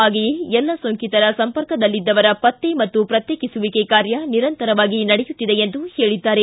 ಹಾಗೆಯೇ ಎಲ್ಲ ಸೋಂಕಿತರ ಸಂಪರ್ಕದಲ್ಲಿದ್ದವರ ಪತ್ತೆ ಮತ್ತು ಪ್ರತ್ಯೇಕಿಸುವಿಕೆ ಕಾರ್ಯ ನಿರಂತರವಾಗಿ ನಡೆಯುತ್ತಿದೆ ಎಂದು ಹೇಳಿದ್ದಾರೆ